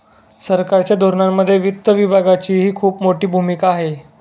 सरकारच्या धोरणांमध्ये वित्त विभागाचीही खूप मोठी भूमिका आहे